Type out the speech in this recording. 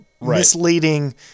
misleading